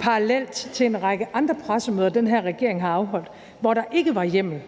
parallelt til en række andre pressemøder, den her regering har afholdt, hvor der ikke var hjemmel